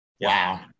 Wow